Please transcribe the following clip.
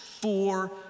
four